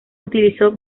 utilizó